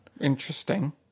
Interesting